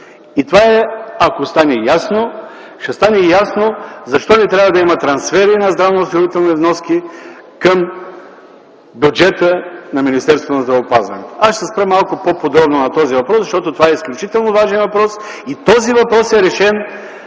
бюджет. Ако стане ясно това, ще стане ясно защо не трябва да има трансфери на здравноосигурителни вноски към бюджета на Министерството на здравеопазването. Аз ще се спра малко по-подробно на този въпрос, защото той е изключително важен и този въпрос е решен